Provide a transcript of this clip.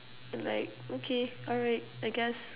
like okay alright I guess